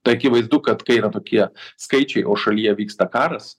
tai akivaizdu kad kai yra tokie skaičiai o šalyje vyksta karas